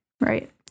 Right